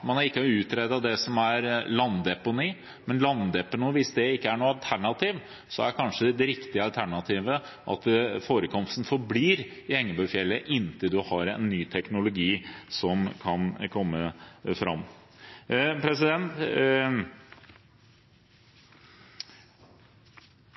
Man har ikke utredet det som landdeponi, men hvis landdeponi ikke er noe alternativ, så er kanskje det riktige alternativet at forekomsten forblir i Engebøfjellet inntil man har funnet fram til en ny teknologi.